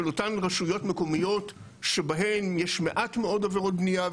אותן רשויות מקומיות שבהן יש מעט מאוד עבירות בנייה,